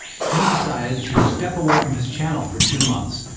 he decided to step away from his channel for two months,